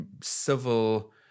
civil